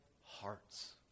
hearts